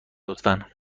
لطفا